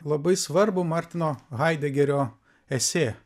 labai svarbų martino heidegerio esė